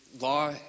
law